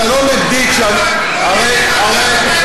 אתה לא, אז למה אתה נגד החוק?